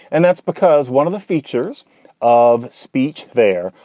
and that's because one of the features of speech there,